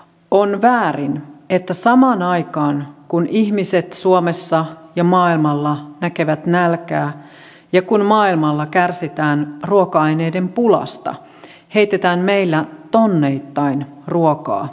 on väärin että samaan aikaan kun ihmiset suomessa ja maailmalla näkevät nälkää ja kun maailmalla kärsitään ruoka aineiden pulasta heitetään meillä tonneittain ruokaa roskiin